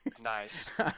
nice